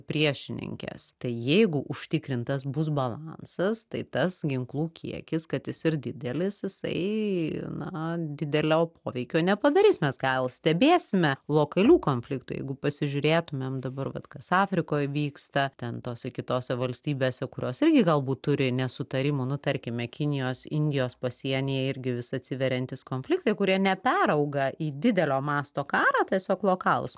priešininkes tai jeigu užtikrintas bus balansas tai tas ginklų kiekis kad jis ir didelis jisai na didelio poveikio nepadarys mes gal stebėsime lokalių konfliktų jeigu pasižiūrėtumėm dabar vat kas afrikoj vyksta ten tose kitose valstybėse kurios irgi galbūt turi nesutarimų nu tarkime kinijos indijos pasienyje irgi vis atsiveriantys konfliktai kurie neperauga į didelio masto karą tiesiog lokalūs